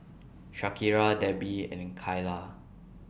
Shakira Debbi and Kyla